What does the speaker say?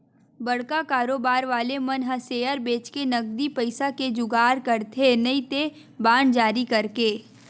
बड़का कारोबार वाले मन ह सेयर बेंचके नगदी पइसा के जुगाड़ करथे नइते बांड जारी करके